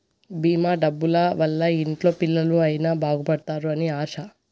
భీమా డబ్బుల వల్ల ఇంట్లో పిల్లలు అయిన బాగుపడుతారు అని ఆశ